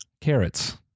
Carrots